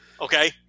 Okay